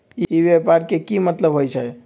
ई व्यापार के की मतलब होई छई?